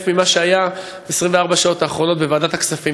במה שהיה ב-24 השעות האחרונות בוועדת הכספים,